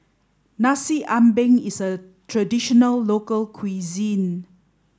Nasi Ambeng is a traditional local cuisine